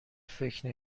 فکر